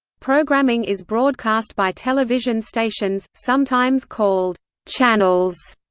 programming is broadcast by television stations, sometimes called channels,